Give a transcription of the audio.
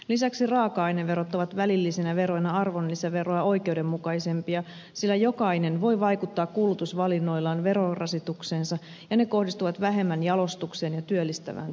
lisäksi raaka aineverot ovat välillisinä veroina arvonlisäveroa oikeudenmukaisempia sillä jokainen voi vaikuttaa kulutusvalinnoillaan verorasitukseensa ja raaka aineverot kohdistuvat vähemmän jalostukseen ja työllistävään toimintaan